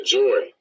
joy